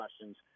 questions